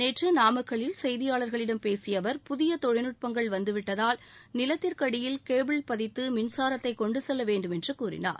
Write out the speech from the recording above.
நேற்று நாமக்கல்லில் செய்தியாளர்களிடம் பேசிய அவர் புதிய தொழில்நுட்பங்கள் வந்துவிட்டதால் நிலத்திற்கடியில் கேபிள் பதித்து மின்சாரத்தை கொண்டு செல்ல வேண்டுமென்று கூறினார்